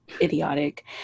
idiotic